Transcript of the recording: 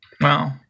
Wow